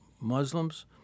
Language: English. Muslims